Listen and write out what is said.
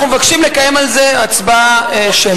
אנחנו מבקשים לקיים על זה הצבעה שמית.